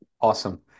Awesome